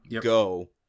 go